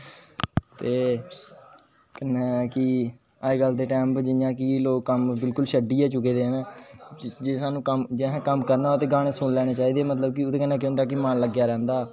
ते केह् अजकल दे टाइम उपर लोक जियां कि कम्म बिल्कुल छडी गै चुके दे ना जे सानू कम्म करना होऐ ते गाने सुनी लेने चाहिदे मतलब कि ओहदे कन्नै केह् होंदा कि मन लग्गेआ रैंहदा